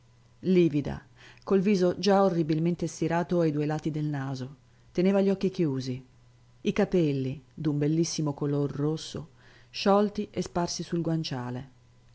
livida col viso già orribilmente stirato ai due lati del naso teneva gli occhi chiusi i capelli d'un bellissimo color rosso sciolti e sparsi su guanciale